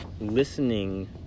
listening